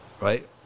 right